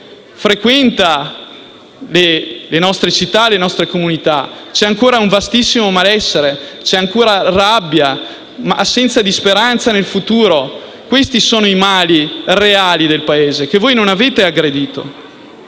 per chi frequenta le nostre città e le nostre comunità. Ci sono ancora un vastissimo malessere, rabbia e assenza di speranza nel futuro: questi sono i mali reali del Paese, che voi non avete aggredito.